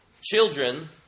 Children